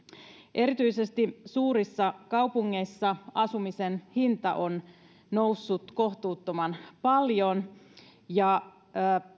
erityisesti suurissa kaupungeissa asumisen hinta on noussut kohtuuttoman paljon ja